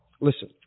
Listen